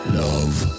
love